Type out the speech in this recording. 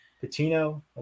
Patino